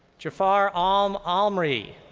jafar um al-almri.